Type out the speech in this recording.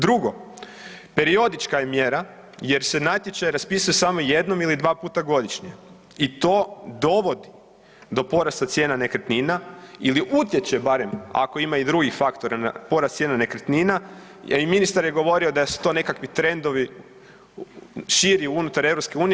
Drugo, periodička je mjera jer se natječaj raspisuje samo jednom ili dva puta godišnje i to dovodi do porasta cijena nekretnina ili utječe barem ako ima i drugih faktora na porast cijena nekretnina jer i ministar je govorio da su to nekakvi trendovi širi unutar EU.